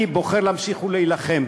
אני בוחר להמשיך ולהילחם